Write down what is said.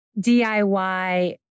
DIY